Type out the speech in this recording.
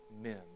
men